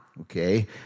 Okay